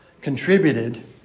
contributed